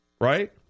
right